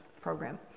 program